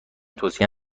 توصیه